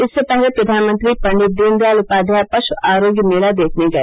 इससे पहले प्रधानमंत्री पंडित दीन दयाल उपाध्याय पश् आरोग्य मेला देखने गए